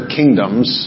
kingdoms